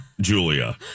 Julia